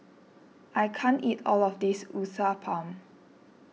I can't eat all of this Uthapam